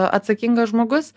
atsakingas žmogus